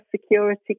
security